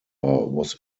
was